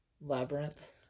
labyrinth